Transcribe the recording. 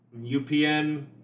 UPN